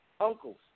uncles